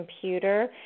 computer